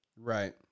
right